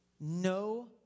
No